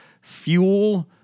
fuel